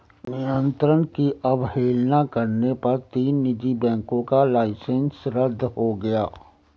नियंत्रण की अवहेलना करने पर तीन निजी बैंकों का लाइसेंस रद्द हो गया